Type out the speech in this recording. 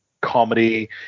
comedy